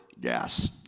gas